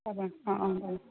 পাবা অঁ অঁ অঁ